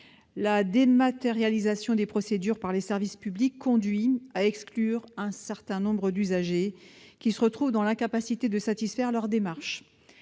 La dématérialisation des procédures par les services publics conduit à l'exclusion d'un certain nombre d'usagers, qui se retrouvent dans l'incapacité d'accomplir leurs démarches.